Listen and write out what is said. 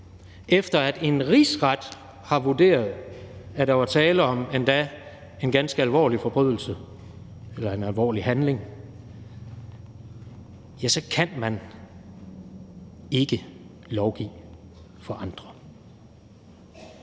efter at en rigsret har vurderet, at der var tale om endda en ganske alvorlig forbrydelse, eller en alvorlig handling, ja, så kan man ikke lovgive for andre.